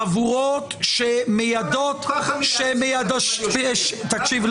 חבורות שמיידות ------ תקשיב,